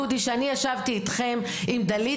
דודי כשאני ישבתי אתכם ועם דלית,